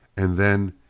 and then,